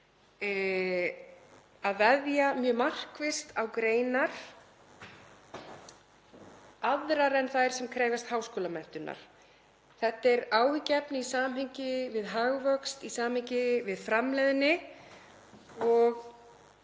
að veðja mjög markvisst á aðrar greinar en þær sem krefjast háskólamenntunar. Þetta er áhyggjuefni í samhengi við hagvöxt, í samhengi við framleiðni, og við